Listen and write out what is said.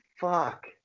fuck